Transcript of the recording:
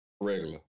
Regular